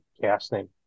casting